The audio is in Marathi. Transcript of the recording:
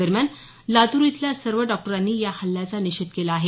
दरम्यान लातूर इथल्या सर्व डॉक्टरांनी या हल्ल्याचा निषेध केला आहे